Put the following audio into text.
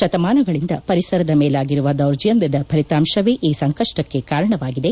ಶತಮಾನಗಳಿಂದ ಪರಿಸರದ ಮೇಲಾಗಿರುವ ದೌರ್ಜನ್ನದ ಫಲಿತಾಂಶವೇ ಈ ಸಂಕಷ್ಷಕ್ಕೆ ಕಾರಣವಾಗಿದೆ